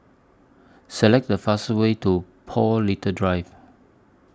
Select The fastest Way to Paul Little Drive